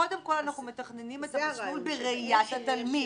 קודם כל, אנחנו מתכננים את המסלול בראיית התלמיד.